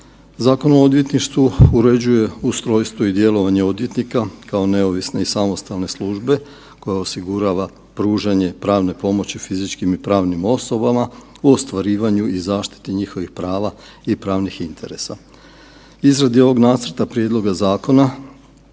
Zakon o odvjetništvu uređuje ustrojstvo i djelovanje odvjetnika kao neovisne i samostalne službe koja osigurava pružanje pravne pomoći fizičkim i pravnim osobama u ostvarivanju i zaštiti njihovih prava i pravnih interesa. Izradi ovog nacrta prijedloga zakona